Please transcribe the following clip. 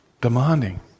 demanding